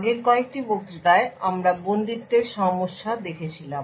আগের কয়েকটি বক্তৃতায় আমরা বন্দিত্বের সমস্যা দেখেছিলাম